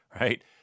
Right